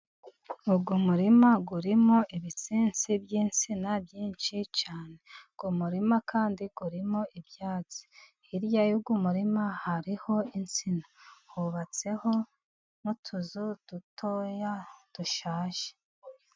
Ubwo murima urimo ibitsinsi by'insina byinshi cyane ku murima， kandi urimo ibyatsi hirya y’umurima hariho insina， hubatseho n'utuzu dutoya dushaje.